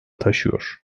taşıyor